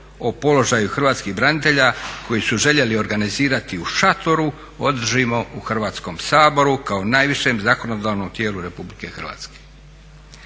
o položaju hrvatskih branitelja koji su željeli organizirati u šatoru održimo u Hrvatskom saboru kao najvišem zakonodavnom tijelu Republike Hrvatske.